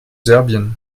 serbien